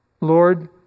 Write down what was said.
Lord